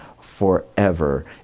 forever